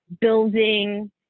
building